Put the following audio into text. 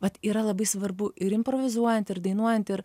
vat yra labai svarbu ir improvizuojant ir dainuojant ir